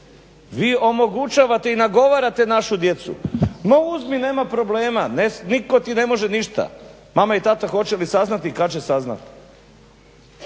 vi omogućavate i nagovarate našu djecu ma uzmi nema problema, nitko ti ne može ništa, mama i tata hoće li saznati i kad će saznati.